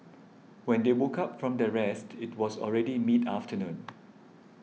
when they woke up from their rest it was already mid afternoon